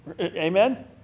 Amen